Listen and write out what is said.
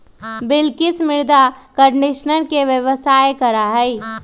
बिलकिश मृदा कंडीशनर के व्यवसाय करा हई